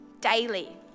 daily